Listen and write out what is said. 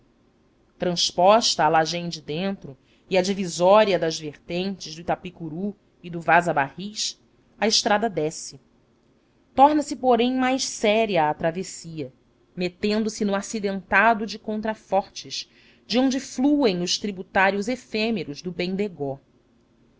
transposta a lajem de dentro e a divisória das vertentes do itapicuru e do vaza barris a estrada desce tornase porém mais séria a travessia metendo se no acidentado de contrafortes de onde fluem os tributários efêmeros do